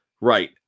right